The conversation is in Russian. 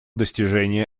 достижения